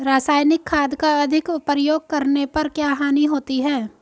रासायनिक खाद का अधिक प्रयोग करने पर क्या हानि होती है?